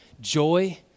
joy